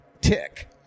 tick